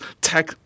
tech